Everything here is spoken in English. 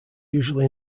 usually